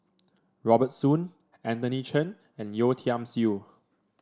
Robert Soon Anthony Chen and Yeo Tiam Siew